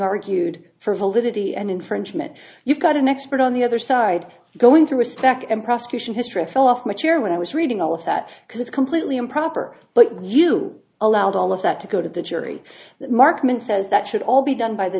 validity and infringement you've got an expert on the other side going through respect and prosecution history i fell off my chair when i was reading all of that because it's completely improper but you allowed all of that to go to the jury the markman says that should all be done by the